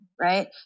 right